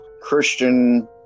Christian